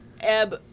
ebb